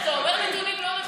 אתה אומר שהנתונים לא נכונים.